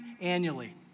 annually